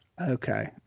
Okay